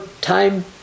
time